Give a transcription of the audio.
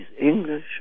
English